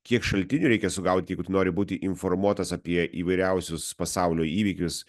kiek šaltinių reikia sugaudyt jeigu nori būti informuotas apie įvairiausius pasaulio įvykius